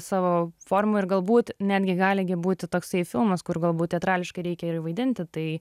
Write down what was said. savo formų ir galbūt netgi gali gi būti toksai filmas kur galbūt teatrališkai reikia ir vaidinti tai